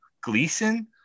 Gleason